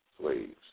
slaves